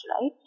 right